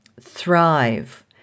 thrive